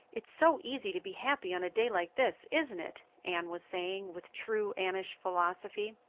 it's so easy to be happy on a day like this, isn't it? anne was saying, with true anneish philosophy.